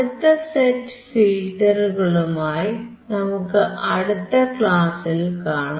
അടുത്ത സെറ്റ് ഫിൽറ്ററുകളുമായി നമുക്ക് അടുത്ത ക്ലാസിൽ കാണാം